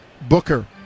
booker